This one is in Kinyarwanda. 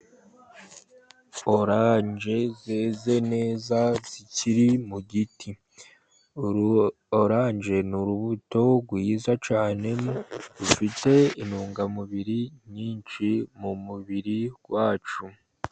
Oranje zeze neza zikiri mu giti. Oranje ni urubuto rwiza cyane, rufite intungamubiri nyinshi mu mubiri wacu.